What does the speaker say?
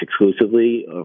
exclusively